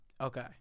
Okay